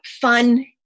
fun